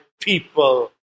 people